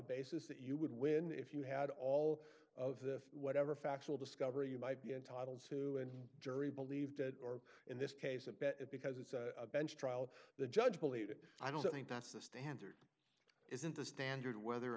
basis that you would win if you had all of the whatever factual discovery you might be entitled to a jury believed it or in this case of bet it because it's a bench trial the judge believe it i don't think that's the standard isn't the standard whether or